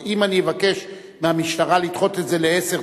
אם אני אבקש מהמשטרה לדחות את זה ל-10:00,